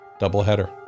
doubleheader